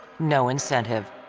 no incentive.